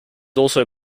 also